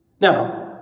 Now